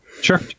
Sure